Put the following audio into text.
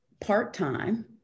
part-time